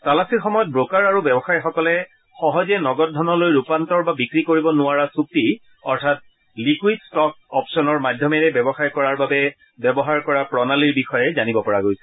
তালাচীৰ সময়ত ব্ৰকাৰ আৰু ব্যৱসায়ীসকলে সহজে নগদ ধনলৈ ৰূপান্তৰ বা বিক্ৰী কৰিব নোৱাৰা চুক্তি অৰ্থাৎ লিকুইদ ষ্ট'ক অপচনৰ মাধ্যমেৰে ব্যৱসায় কৰাৰ বাবে ব্যৱহাৰ কৰা প্ৰণালীৰ বিষয়ে জানিব পৰা গৈছে